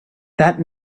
that